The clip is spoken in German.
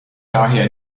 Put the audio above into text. daher